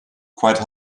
quite